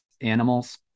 animals